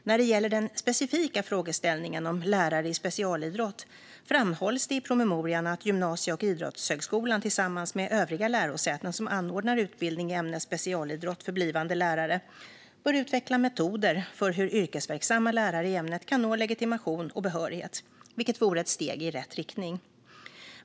När det gäller den specifika frågeställningen om lärare i specialidrott framhålls det i promemorian att Gymnastik och idrottshögskolan tillsammans med övriga lärosäten som anordnar utbildning i ämnet specialidrott för blivande lärare bör utveckla metoder för hur yrkesverksamma lärare i ämnet kan nå legitimation och behörighet - vilket vore ett steg i rätt riktning.